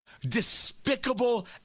Despicable